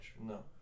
No